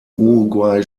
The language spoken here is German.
uruguay